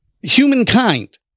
humankind